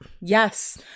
Yes